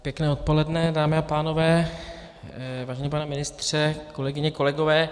Pěkné odpoledne, dámy a pánové, vážený pane ministře, kolegyně, kolegové.